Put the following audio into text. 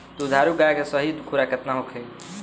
दुधारू गाय के सही खुराक केतना होखे?